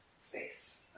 space